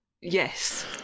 Yes